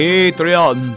Patreon